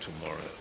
tomorrow